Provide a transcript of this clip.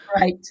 Right